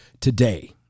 Today